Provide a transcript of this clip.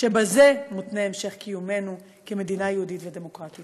שבזה מותנה המשך קיומנו כמדינה יהודית ודמוקרטית.